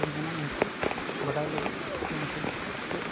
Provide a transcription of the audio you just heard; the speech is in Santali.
ᱩᱱᱠᱩ ᱵᱟᱰᱟᱭ ᱞᱟᱹᱜᱤᱫ ᱥᱮ ᱩᱱᱠᱩ ᱴᱷᱮᱱ